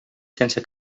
sense